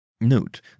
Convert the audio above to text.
Note